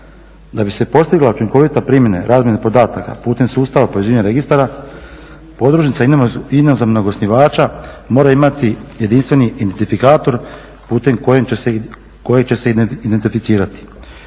Da bi se postigla učinkovita primjena razmjene podataka putem sustava povezivanja registara podružnica inozemnog osnivača mora imati jedinstveni identifikator putem kojeg će se identificirati.